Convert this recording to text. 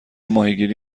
ماهیگیری